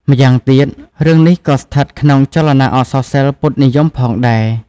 ម្យ៉ាងទៀត រឿងនេះក៏ស្ថិតក្នុងចលនាអក្សរសិល្ប៍ពុទ្ធនិយមផងដែរ។